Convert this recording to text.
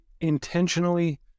intentionally